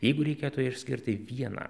jeigu reikėtų išskirti vieną